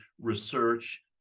research